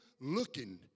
looking